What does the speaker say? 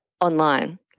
online